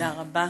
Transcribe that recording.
תודה רבה,